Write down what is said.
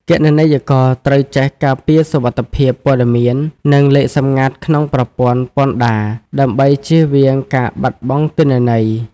គណនេយ្យករត្រូវចេះការពារសុវត្ថិភាពព័ត៌មាន និងលេខសម្ងាត់ក្នុងប្រព័ន្ធពន្ធដារ ដើម្បីចៀសវាងការបាត់បង់ទិន្នន័យ។